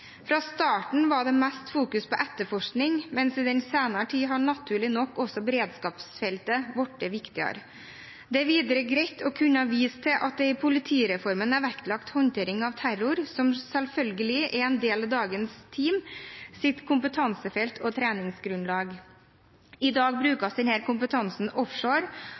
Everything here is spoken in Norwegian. Fra starten var det mest fokus på etterforskning, men i den senere tid har naturlig nok også beredskapsfeltet blitt viktigere. Det er videre greit å kunne vise til at det i politireformen er vektlagt håndtering av terror, som selvfølgelig er en del av kompetansefeltet og treningsgrunnlaget til dagens team. I dag brukes denne kompetansen offshore,